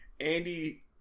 Andy